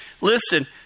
Listen